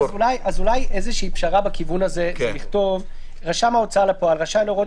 אולי איזושהי פשרה בכיוון הזה זה לכתוב: רשם ההוצאה לפועל רשאי להורות